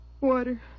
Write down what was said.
Water